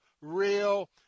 real